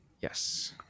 Yes